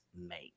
make